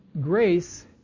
grace